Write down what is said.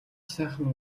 сайхан